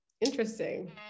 interesting